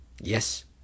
Yes